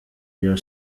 your